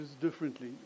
differently